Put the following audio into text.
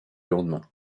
lendemain